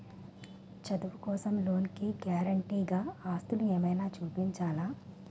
చదువు కోసం లోన్ కి గారంటే గా ఆస్తులు ఏమైనా చూపించాలా?